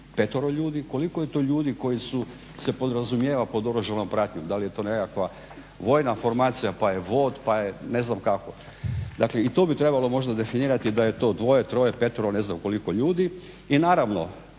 petero ljudi. Koliko je to ljudi koji se podrazumijeva pod oružanom pratnjom? Da li je to nekakva vojna formacija, pa je vod, pa je znam kako. Dakle i to bi možda trebalo definirati da je to dvoje, troje, petero, ne znam koliko ljudi. I naravno,